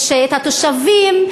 יש התושבים,